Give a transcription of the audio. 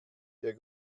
der